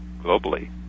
globally